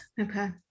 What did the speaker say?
Okay